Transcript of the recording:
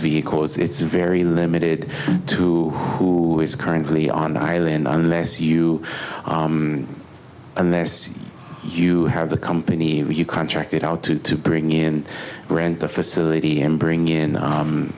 vehicles it's very limited to who is currently on the island i'm unless you unless you have the company you contracted out to to bring in rent the facility and bring in